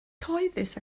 cyhoeddus